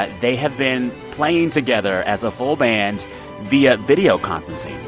but they have been playing together as a full band via video conferencing.